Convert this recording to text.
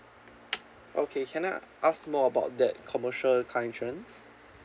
okay can I ask more about that commercial car insurance